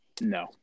No